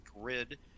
grid